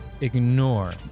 ignore